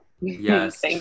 yes